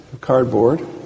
cardboard